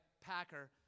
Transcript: Packer